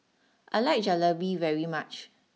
I like Jalebi very much